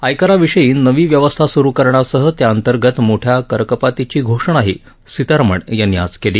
आयकराविषयी नवी व्यवस्था सुरु करण्यासह त्याअंतर्गत मोठ्या करकपातीची घोषणाही सीतारामण यांनी आज केली